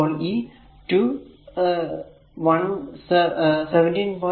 അപ്പോൾ ഈ 2 17